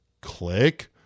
click